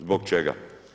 Zbog čega?